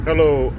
Hello